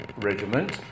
regiment